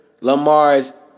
Lamar's